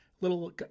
little